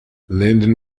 lyndon